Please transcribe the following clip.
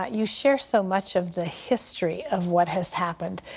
you share so much of the history of what has happened.